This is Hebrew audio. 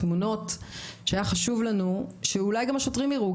תמונות שהיה חשוב לנו שאולי גם השוטרים יראו,